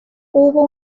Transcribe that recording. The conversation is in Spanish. hubo